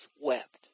wept